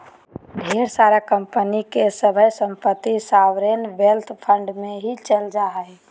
ढेर सा कम्पनी के सभे सम्पत्ति सॉवरेन वेल्थ फंड मे ही चल जा हय